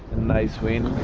nice wind,